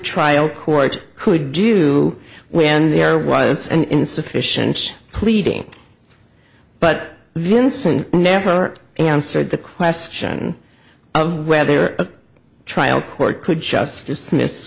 trial court could do we end there was an insufficient pleading but vincent never answered the question of whether a trial court could just dismiss